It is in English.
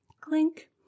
Clink